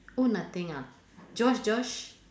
oh nothing ah Josh Josh